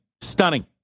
stunning